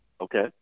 Okay